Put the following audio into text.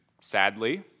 Sadly